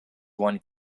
one